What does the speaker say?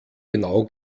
genau